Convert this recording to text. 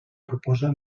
proposa